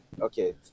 Okay